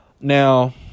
Now